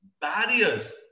barriers